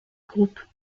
groupe